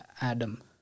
Adam